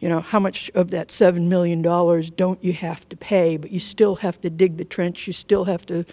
you know how much of that seven million dollars don't you have to pay but you still have to dig the trench you still have to